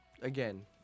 Again